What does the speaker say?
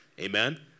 Amen